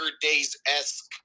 days-esque